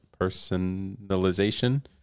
personalization